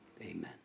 Amen